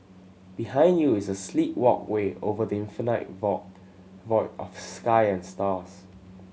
behind you is a sleek walkway over the infinite void void of sky and stars